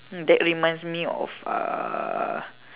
hmm that reminds of uh